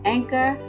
Anchor